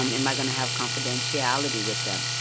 um am i going to have confidentiality with them?